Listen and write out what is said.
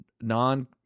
Non